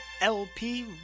LP